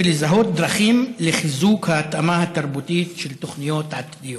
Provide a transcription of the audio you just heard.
ולזהות דרכים לחיזוק ההתאמה התרבותית של תוכניות עתידיות.